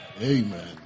Amen